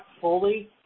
fully